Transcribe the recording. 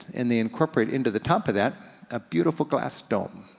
and they incorporated into the top of that a beautiful glass dome.